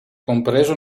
compreso